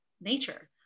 nature